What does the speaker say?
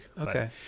okay